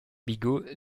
bigot